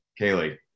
Kaylee